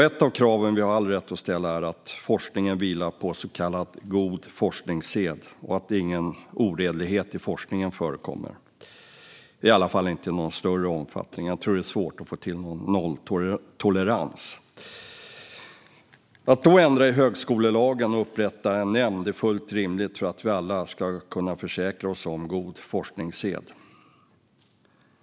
Ett av kraven vi har all rätt att ställa är att forskningen vilar på så kallad god forskningssed och att ingen oredlighet i forskningen förekommer, i alla fall inte i någon större omfattning - jag tror att det är svårt att få till någon nolltolerans. Att då ändra i högskolelagen och upprätta en nämnd är fullt rimligt för att vi alla ska kunna försäkra oss om god forskningssed.